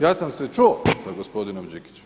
Ja sam se čuo sa gospodinom Đikićem.